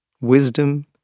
wisdom